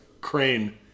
Crane